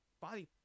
body